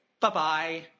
bye-bye